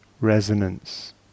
resonance